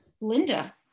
Linda